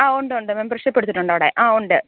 ആ ഉണ്ട് ഉണ്ട് മെമ്പർഷിപ്പെടുത്തിട്ടുണ്ട് അവിടെ ആ ഉണ്ട്